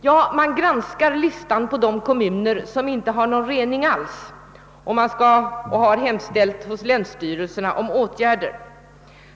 Ja, man granskar listan över de kommuner som inte har någon rening alls, och man har hemställt hos länstyrelserna om åtgärder.